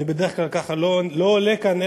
אני בדרך כלל לא עולה לכאן,